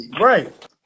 Right